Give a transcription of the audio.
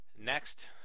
Next